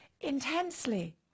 intensely